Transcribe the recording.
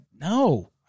no